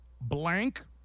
blank